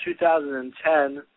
2010